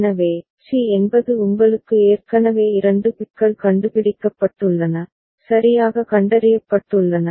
எனவே சி என்பது உங்களுக்கு ஏற்கனவே 2 பிட்கள் கண்டுபிடிக்கப்பட்டுள்ளன சரியாக கண்டறியப்பட்டுள்ளன